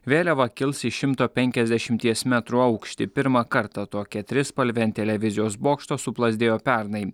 vėliava kils į šimto penkiasdešimties metrų aukštį pirmą kartą tokia trispalvė ant televizijos bokšto suplazdėjo pernai